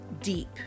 deep